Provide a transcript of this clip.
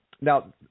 Now